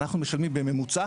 אנחנו משלמים בממוצע,